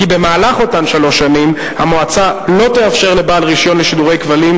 במהלך אותן שלוש שנים המועצה לא תאפשר לבעל רשיון לשידורי כבלים